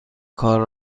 کار